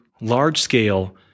large-scale